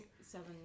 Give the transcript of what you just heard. seven